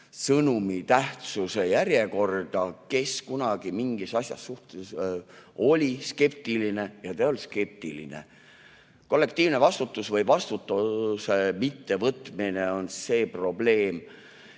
sõnumi tähtsuse järjekorda, kes kunagi mingi asja suhtes oli skeptiline ja kes ei olnud skeptiline. Kollektiivne vastutus või vastutuse mittevõtmine on see probleem.